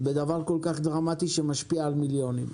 בדבר כל כך דרמטי שמשפיע על מיליונים.